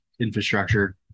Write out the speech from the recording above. infrastructure